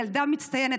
ילדה מצטיינת,